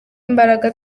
imbaraga